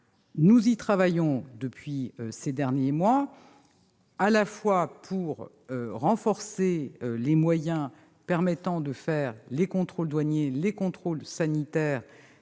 Nous y travaillons depuis ces derniers mois, notamment pour renforcer les moyens permettant de réaliser les contrôles douaniers et sanitaires